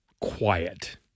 quiet